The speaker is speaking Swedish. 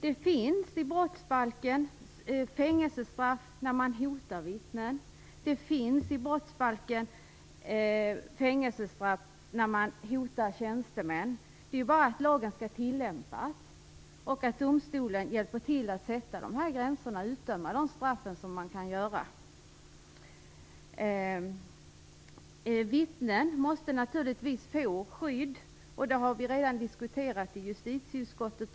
Enligt brottsbalken finns fängelsestraffet vid hot av vittnen, liksom vid hot av tjänstemän. Det är bara att tillämpa lagen. Vidare måste domstolen hjälpa till med att sätta gränser här och utdöma straff. Vittnen måste naturligtvis få skydd. De frågorna har vi redan diskuterat i justitieutskottet.